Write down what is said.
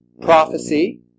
prophecy